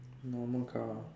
normal car